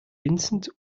vincent